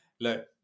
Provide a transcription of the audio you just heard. look